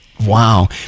Wow